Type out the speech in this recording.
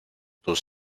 tus